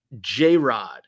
J-Rod